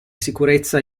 sicurezza